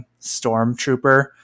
stormtrooper